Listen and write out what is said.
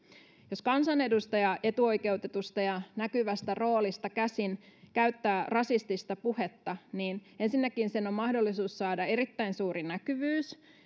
jos kansanedustaja etuoikeutetusta ja näkyvästä roolista käsin käyttää rasistista puhetta niin ensinnäkin sen on mahdollisuus saada erittäin suuri näkyvyys